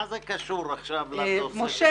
מה זה קשור עכשיו לנושא הדיון?